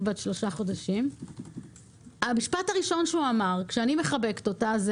בת שלושה חודשים כשאני מחבקת אותה: